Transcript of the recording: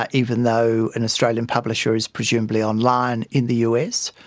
ah even though an australian publisher is presumably online in the us.